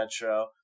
Metro